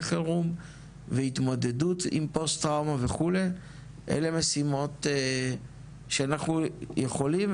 חירום והתמודדות עם פוסט טראומה וכו' אלו משימות שאנחנו יכולים,